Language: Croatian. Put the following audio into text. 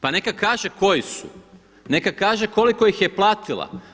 Pa neka kaže koji su, neka kaže koliko ih je platila.